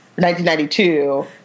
1992